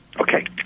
okay